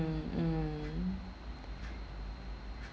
mm